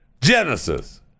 Genesis